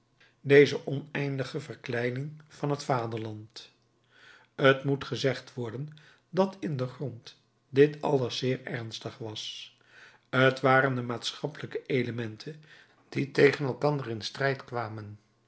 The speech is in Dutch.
deze oneindige verkleining van het vaderland t moet gezegd worden dat in den grond dit alles zeer ernstig was t waren de maatschappelijke elementen die tegen elkander in strijd kwamen